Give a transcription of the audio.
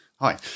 Hi